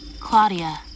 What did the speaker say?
Claudia